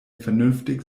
vernünftig